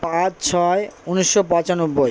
পাঁচ ছয় উনিশশো পঁচানব্বই